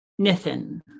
Nithin